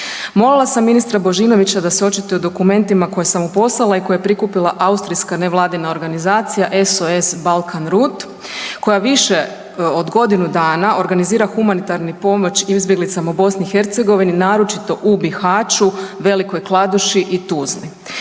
Molila sam ministra Božinovića da se očituje o dokumentima koje sam mu poslala i koje je prikupila austrijska nevladina organizacija SOS Balkanroute koja više od godinu dana organizira humanitarnu pomoć izbjeglicama u BiH, naročito u Bihaću, Velikoj Kladuši i Tuzli.